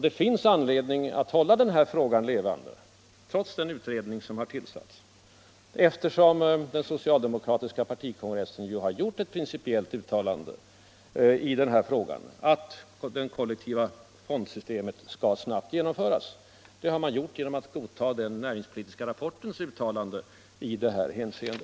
Det finns anledning att hålla denna fråga levande, trots den utredning som har tillsatts, eftersom den socialdemokratiska partikongressen gjort ett principiellt uttalande i frågan, nämligen att ett kollektivt fondsystem snabbt skall genomföras. Detta har man gjort genom att godta den näringspolitiska rapportens uttalande i detta hänseende.